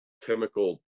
chemical